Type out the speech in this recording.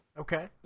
Okay